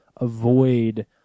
avoid